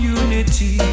unity